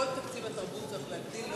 תקציב התרבות צריך להגדיל,